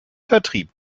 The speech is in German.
vertrieb